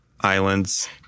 islands